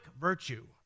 virtue